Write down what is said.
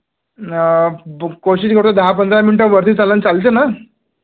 ब कोशिश करतो दहा पंधरा मिनटं वरती झालं चालतें ना